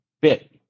bit